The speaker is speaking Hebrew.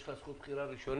יש לה זכות בחירה ראשונית,